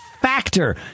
Factor